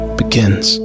begins